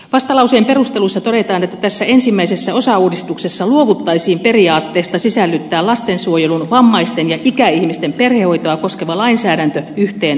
vastalauseen perusteluissa todetaan että tässä ensimmäisessä osauudistuksessa luovuttaisiin periaatteesta sisällyttää lastensuojelun vammaisten ja ikäihmisten perhehoitoa koskeva lainsäädäntö yhteen perhehoitolakiin